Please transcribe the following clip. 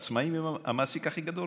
העצמאים הם המעסיק הכי גדול,